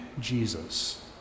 Jesus